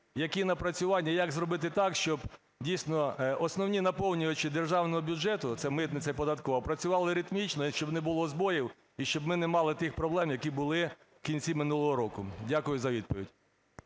Які напрацювання? Як зробити так, щоб дійсно основні наповнювачі державного бюджету, це митниця і податкова, працювали ритмічно і щоб не було збоїв, і щоб ми не мали тих проблем, які були вкінці минулого року? Дякую за відповідь.